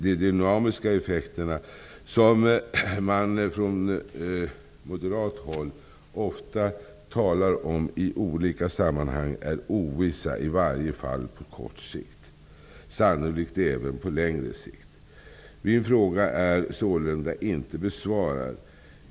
De dynamiska effekterna som man från moderat håll ofta talar om i olika sammanhang är ovissa, i varje fall på kort sikt, och sannolikt även på längre sikt. Min fråga är sålunda inte besvarad.